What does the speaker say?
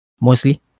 mostly